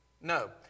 No